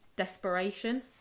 desperation